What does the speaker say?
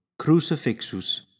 crucifixus